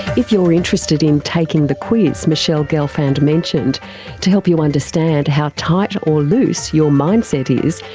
if you're interested in taking the quiz michele gelfand mentioned to help you understand how tight or loose your mindset is,